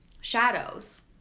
shadows